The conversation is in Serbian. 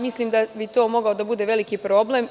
Mislim da bi to mogao da bude veliki problem.